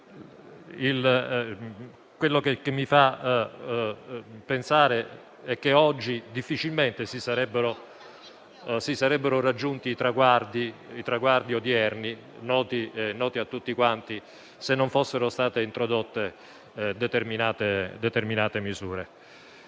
Ciò che mi dà da pensare è che difficilmente si sarebbero raggiunti i traguardi odierni, noti a tutti, se non fossero state introdotte determinate misure.